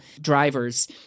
drivers